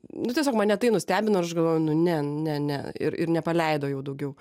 nu tiesiog mane tai nustebino ir aš galvoju nu ne ne ne ir ir nepaleido jau daugiau